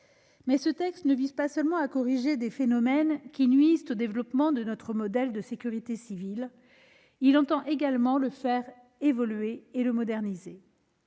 Ce texte ne vise pas seulement à corriger des phénomènes qui nuisent au développement de notre modèle de sécurité civile, il entend également faire évoluer ce modèle et le moderniser.